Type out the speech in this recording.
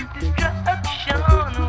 Destruction